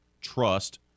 Trust